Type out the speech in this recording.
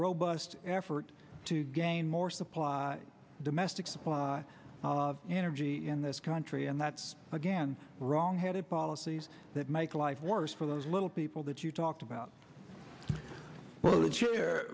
robust effort to gain more supply domestic supply of energy in this country and that's again wrong headed policies that make life worse for those little people that you talked about for a chair